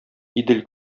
идел